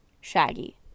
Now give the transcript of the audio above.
Shaggy